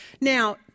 Now